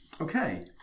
Okay